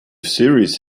series